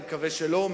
אני מקווה שלא,